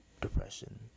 depression